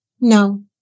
No